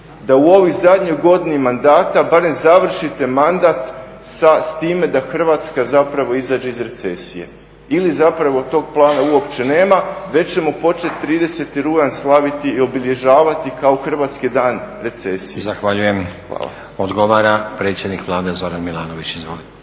da u ovoj zadnjoj godini mandata barem završite mandat sa time da Hrvatska iziđe iz recesije ili tog plana uopće nema, već ćemo početi 30.rujan slaviti i obilježavati kao hrvatski dan recesije? **Stazić, Nenad (SDP)** Zahvaljujem. Odgovara predsjednik Vlade Zoran Milanović. Izvolite.